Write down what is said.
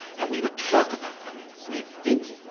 and we would talk about that with inky.